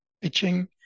pitching